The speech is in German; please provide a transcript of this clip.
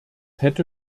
hätte